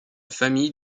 famille